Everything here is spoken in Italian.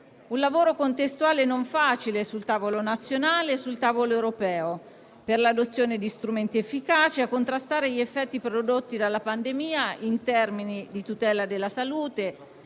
un lavoro contestuale non facile, quello sul tavolo nazionale ed europeo, per l'adozione di strumenti efficaci a contrastare gli effetti prodotti dalla pandemia in termini di tutela della salute,